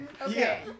Okay